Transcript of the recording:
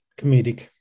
comedic